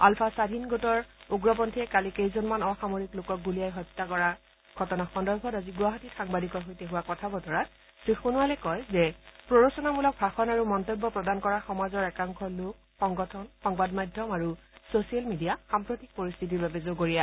আলফা স্বধীন গোটৰ উগ্ৰপন্থীয়ে কালি কেইজনমান অসামৰিক লোকক গুলিয়াই হত্যা কৰা ঘটনা সন্দৰ্ভত আজি গুৱাহাটীত সাংবাদিকৰ সৈতে হোৱা কথাবতৰাত শ্ৰীসোণোৱালে কয় যে প্ৰৰোচনামূলক ভাষণ আৰু মন্তব্য প্ৰদান কৰা সমাজৰ একাংশ লোক সংগঠন সংবাদ মাধ্যম আৰু ছোচিয়েল মিডিয়া সাম্প্ৰতিক পৰিস্থিতিৰ বাবে জগৰীয়া